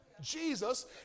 Jesus